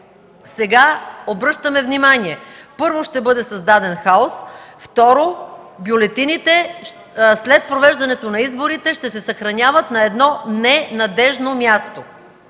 Сега обръщаме внимание. Първо, ще бъде създаден хаос, второ, бюлетините след провеждане на изборите ще се съхраняват на едно ненадеждно място.